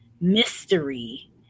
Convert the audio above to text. mystery